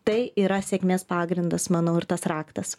tai yra sėkmės pagrindas manau ir tas raktas